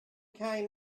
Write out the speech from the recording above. came